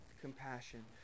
Compassion